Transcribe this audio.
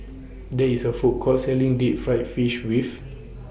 There IS A Food Court Selling Deep Fried Fish with